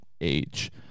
age